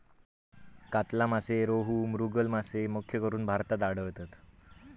कातला मासे, रोहू, मृगल मासे मुख्यकरून भारतात आढळतत